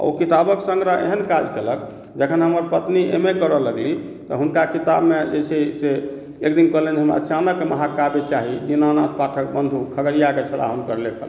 आ ओ किताबक संग्रह एहन काज केलक जखन हमर पत्नी एम ए करए लगली तऽ हुनका किताब मे जे छै से एकदिन कहलनि हमरा चाणक्य महकाव्य चाही दीनानाथ पाठक बंधू खगड़िया के छलाह हुनकर लेखन